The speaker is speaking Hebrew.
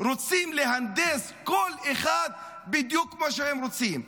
רוצים להנדס כל אחד בדיוק כמו שהם רוצים.